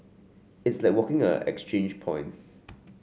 it's like a walking exchange point